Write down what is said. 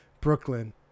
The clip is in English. Brooklyn